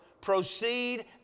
proceed